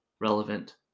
relevant